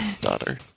daughter